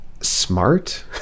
smart